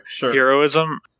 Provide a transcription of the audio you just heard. heroism